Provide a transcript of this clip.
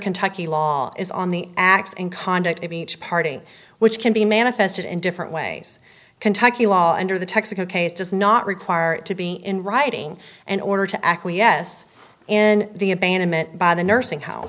kentucky law is on the acts and conduct of each party which can be manifested in different ways kentucky law under the texaco case does not require it to be in writing an order to acquiesce in the abandonment by the nursing ho